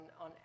on